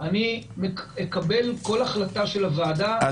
שאני אקבל כל החלטה של הוועדה,